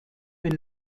ein